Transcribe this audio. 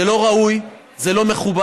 זה לא ראוי, זה לא מכובד.